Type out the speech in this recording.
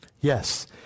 Yes